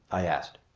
i asked.